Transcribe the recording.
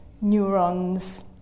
neurons